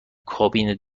کابین